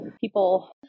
people